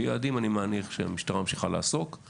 ביעדים, אני מניח שהמשטרה ממשיכה לעסוק;